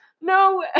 No